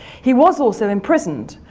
he was also imprisoned,